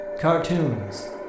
Cartoons